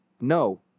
No